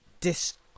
dis